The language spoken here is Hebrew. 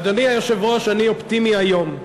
אדוני היושב-ראש, אני אופטימי היום.